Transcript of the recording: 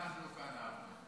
גם אנחנו כאן אהבנו אותו.